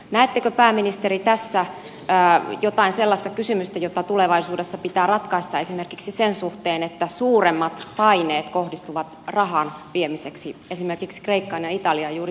näettekö pääministeri tässä jotain sellaista kysymystä jota tulevaisuudessa pitää ratkaista esimerkiksi sen suhteen että suuremmat paineet kohdistuvat rahan viemiseksi esimerkiksi kreikkaan ja italiaan juuri tästä syystä